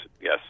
Yes